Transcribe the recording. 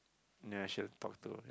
ya she will talk to